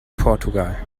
portugal